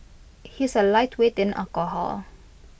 he is A lightweight in alcohol